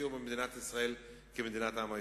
יכירו במדינת ישראל כמדינת העם היהודי.